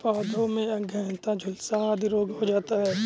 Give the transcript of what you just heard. पौधों में अंगैयता, झुलसा आदि रोग हो जाता है